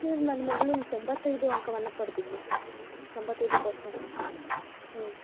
sir ನನ್ನ ಮಗ್ಳು ತೊಂಬತ್ತೈದು ಅಂಕವನ್ನು ಪಡೆದಿದ್ಲು ಸರ್ ತೊಂಬತ್ತೈದು ಪರ್ಸೆಂಟ್ ಹ್ಞೂ